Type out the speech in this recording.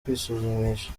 kwisuzumisha